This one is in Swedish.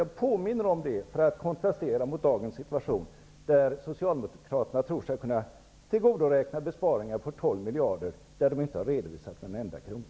Jag påminner om detta för att kontrastera mot dagens situation, där Socialdemokraterna tror sig kunna tillgodoräkna besparingar på 12 miljarder och inte har redovisat en enda krona.